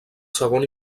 segon